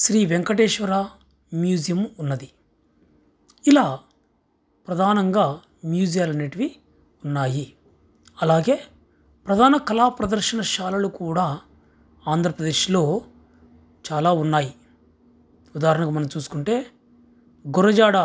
Shri Venkateswara museum ఉన్నది ఇలా ప్రధానంగా మ్యూజియాలు అనేటివి ఉన్నాయి అలాగే ప్రధాన కళా ప్రదర్శనశాలలు కూడా ఆంధ్రప్రదేశ్లో చాలా ఉన్నాయి ఉదాహరణకు మనం చూసుకుంటే గురుజాడ